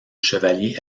chevalier